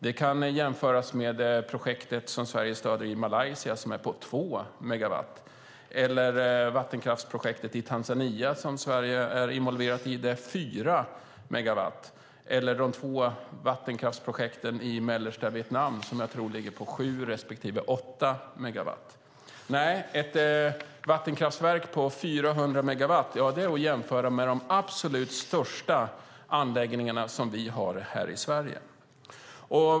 Det kan jämföras med projektet som Sverige stöder i Malaysia, som är på 2 megawatt, med vattenkraftsprojektet i Tanzania som Sverige är involverat i, som är på 4 megawatt, eller med de två vattenkraftsprojekten i mellersta Vietnam som jag tror ligger på 7 respektive 8 megawatt. Ett vattenkraftverk på över 400 megawatt är att jämföra med de absoluta största anläggningarna som vi har här i Sverige.